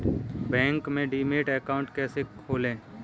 Bank में demat account कैसे खोलें?